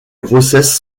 grossesse